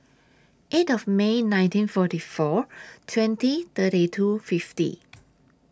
eight of May nineteen forty four twenty thirty two fifty